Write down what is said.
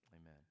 amen